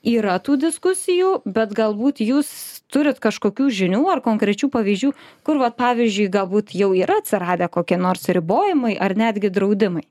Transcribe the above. yra tų diskusijų bet galbūt jūs turit kažkokių žinių ar konkrečių pavyzdžių kur vat pavyzdžiui galbūt jau yra atsiradę kokie nors ribojimai ar netgi draudimai